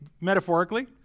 Metaphorically